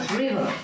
river